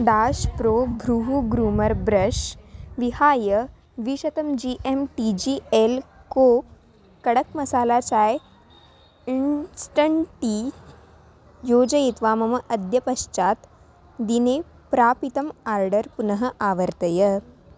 dash pro घ्रूः groomer brush विहाय द्विशतं G M T G L co कडक्मसाला चाय् इन्स्टण्ट् टी योजयित्वा मम अद्यपश्चात् दिने प्रापितम् आर्डर् पुनः आवर्तय